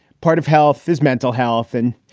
part of health is mental health. and,